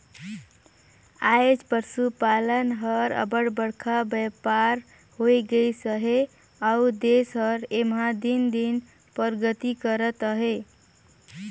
आएज पसुपालन हर अब्बड़ बड़खा बयपार होए गइस अहे अउ देस हर एम्हां दिन दिन परगति करत अहे